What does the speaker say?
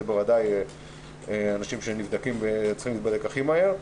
אלה בוודאי אנשים שצריכים להיבדק הכי מהר,